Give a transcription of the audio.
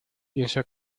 pienso